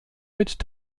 mit